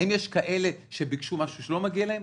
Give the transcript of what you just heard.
האם יש כאלה שביקשו משהו שלא מגיע להם?